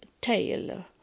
tail